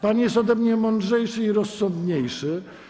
Pan jest ode mnie mądrzejszy i rozsądniejszy.